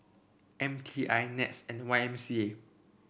M T I NETS and Y M C A